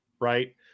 Right